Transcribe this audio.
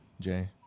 Jay